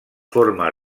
forma